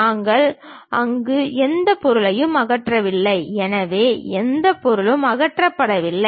நாங்கள் அங்கு எந்த பொருளையும் அகற்றவில்லை எனவே எந்த பொருளும் அகற்றப்படவில்லை